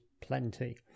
plenty